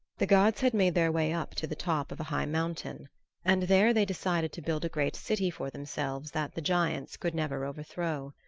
the gods had made their way up to the top of a high mountain and there they decided to build a great city for themselves that the giants could never overthrow.